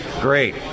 great